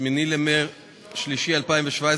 8 במרס 2017,